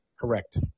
Correct